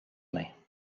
mains